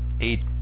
eight